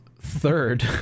third